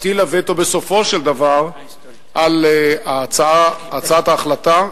הטילה בסופו של דבר וטו על הצעת ההחלטה,